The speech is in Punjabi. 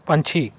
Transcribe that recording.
ਪੰਛੀ